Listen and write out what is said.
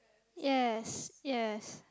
yes yes